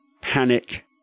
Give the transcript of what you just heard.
panic